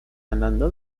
andando